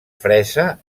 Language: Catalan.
fresa